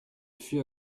fût